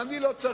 ואני לא צריך,